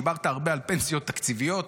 דיברת הרבה על פנסיות תקציביות,